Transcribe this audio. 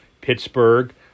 Pittsburgh